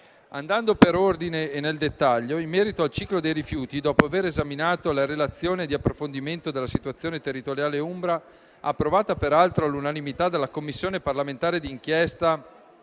Andando per ordine e nel dettaglio in merito al ciclo dei rifiuti, dopo aver esaminato la relazione di approfondimento della situazione territoriale umbra, approvata peraltro all'unanimità alla Commissione parlamentare d'inchiesta